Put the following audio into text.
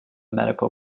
medical